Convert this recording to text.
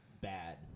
bad